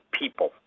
people